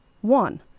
one